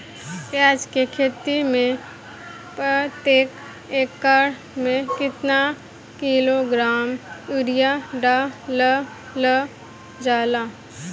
प्याज के खेती में प्रतेक एकड़ में केतना किलोग्राम यूरिया डालल जाला?